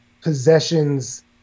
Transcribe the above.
possessions